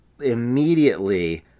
immediately